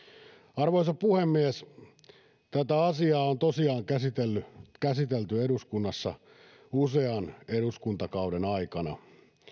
arvoisa puhemies tätä asiaa on tosiaan käsitelty käsitelty eduskunnassa usean eduskuntakauden aikana